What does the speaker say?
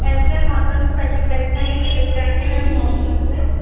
yes sir మొత్తం special sites అన్నీ చూపించడానికి మేము వస్తున్నాం సార్